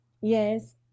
yes